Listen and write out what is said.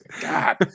God